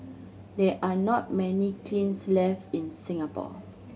there are not many kilns left in Singapore